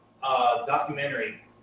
documentary